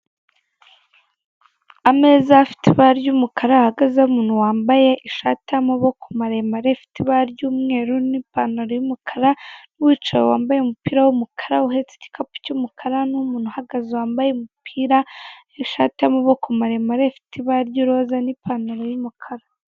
Ameza afite ibara ry'umukara hagazeho umuntu wambaye ishati y'amaboko maremare afite ibara ry'umweru n'ipantaro y'umukara, n'uwicaye wambaye umupira w'umukara, uhetse igikapu cy'umukara, n'umuntu uhagaze wambaye umupira n'ishati, y'amaboko maremare, ifite ibara ry'iroza, n'ipantaro y'umukara.